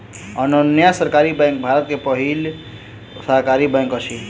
Anyonya Sahakari bank Bharat के पहिल सहकारी बैंक अछि